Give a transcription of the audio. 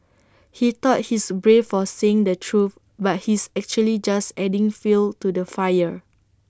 he thought he's brave for saying the truth but he's actually just adding fuel to the fire